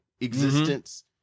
existence